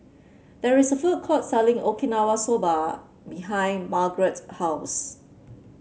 there is a food court selling Okinawa Soba behind Margretta's house